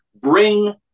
bring